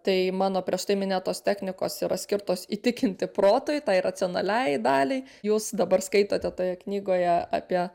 tai mano prieš tai minėtos technikos yra skirtos įtikinti protui tai racionaliajai daliai jūs dabar skaitote toje knygoje apie